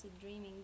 dreaming